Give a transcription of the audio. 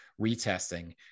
retesting